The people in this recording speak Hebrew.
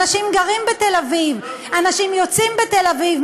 אנשים גרים בתל-אביב, אנשים יוצאים בתל-אביב.